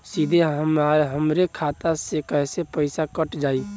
सीधे हमरे खाता से कैसे पईसा कट जाई?